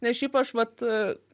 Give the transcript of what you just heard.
nes šiaip aš vat